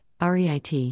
REIT